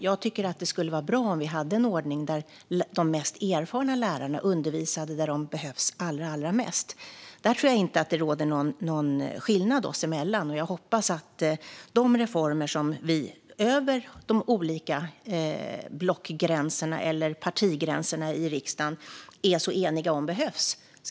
Jag tycker att det skulle vara bra om vi hade en ordning där de mest erfarna lärarna undervisade där de behövs allra mest. Där tror jag inte att det råder någon skillnad oss emellan, och jag hoppas att vi ska kunna åstadkomma de reformer som vi över de olika block eller partigränserna i riksdagen är så eniga om behövs.